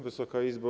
Wysoka Izbo!